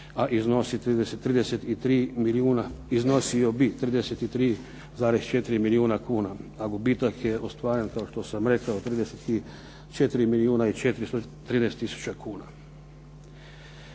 a iznosio bi 33,4 milijuna kuna. A gubitak je ostvaren kao što sam rekao 34 milijuna i 413 tisuća kuna.